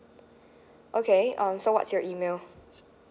okay um so what's your email